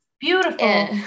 Beautiful